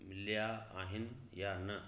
मिलिया आहिनि यां न